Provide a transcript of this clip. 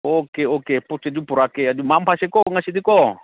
okay okay ꯄꯣꯠꯆꯩꯗꯨ ꯄꯨꯔꯛꯀꯦ ꯑꯗꯨ ꯃꯪ ꯐꯁꯤꯀꯣ ꯉꯁꯤꯗꯤꯀꯣ